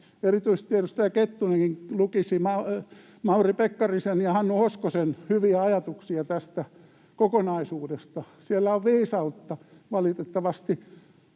erityisesti edustaja Kettunen lukisi Mauri Pekkarisen ja Hannu Hoskosen hyviä ajatuksia tästä kokonaisuudesta — siellä on viisautta. Valitettavasti